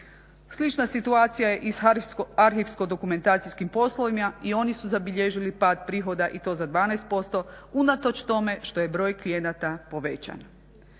Slična situacija je i s arhivsko-dokumentacijskim poslovima, i oni su zabilježili pad prihoda i to za 12%, unatoč tome što je broj klijenata povećan.